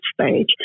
stage